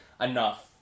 enough